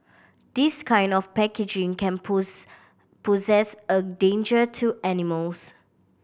this kind of packaging can pose poses a danger to animals